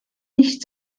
nicht